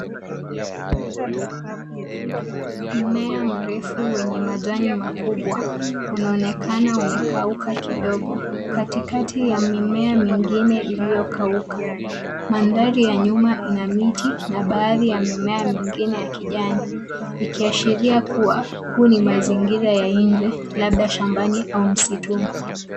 Mmea mrefu wenye majani makubwa, unaonekana umekauka kidogo katikati ya mimea mingine iliyokauka. Mandhari ya nyuma ina miti na baadhi ya mimea mingine ya kijani, ikiashiria kuwa huu ni mazingiza ya nje labda shambani au msituni.